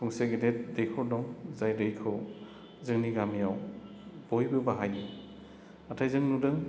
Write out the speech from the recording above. गंसे गिदिर दैखर दं जाय दैखौ जोंनि गामियाव बयबो बाहायो नाथाय जों नुदों